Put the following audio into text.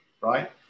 right